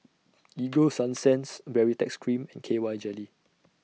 Ego Sunsense Baritex Cream and K Y Jelly